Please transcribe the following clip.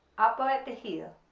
up bow at the heel.